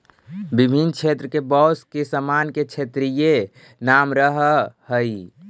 विभिन्न क्षेत्र के बाँस के सामान के क्षेत्रीय नाम रहऽ हइ